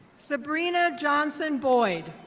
sabrina johnson boyd.